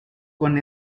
con